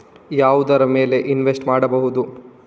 ಯಾವುದರ ಮೇಲೆ ಇನ್ವೆಸ್ಟ್ ಮಾಡಬಹುದು?